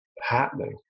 happening